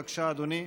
בבקשה, אדוני.